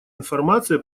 информация